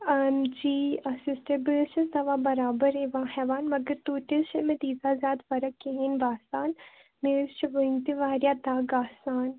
جی sister بہٕ حظ چھس دَوا بَرابَر یِوان ہیٚوان مگر توتہِ حظ چھےٚ مےٚ تیٖژا زِیادٕ فَرَق کِہیٖنۍ باسان مےٚ حظ چھِ وُنہِ تہِ واریاہ دَگ آسان